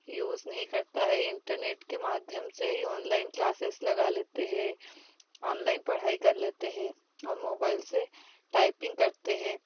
use नहीं करता है इंटरनेट के माध्यम से ही ऑनलाइन क्लासेस लगा लेते हैं ऑनलाइन पढ़ाई कर लेते हैं और मोबाइल से टाइपिंग करते हैं